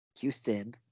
Houston